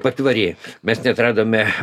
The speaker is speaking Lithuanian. patvory mes net radome